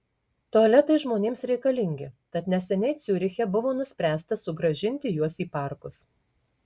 tualetai žmonėms reikalingi tad neseniai ciuriche buvo nuspręsta sugrąžinti juos į parkus